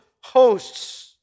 hosts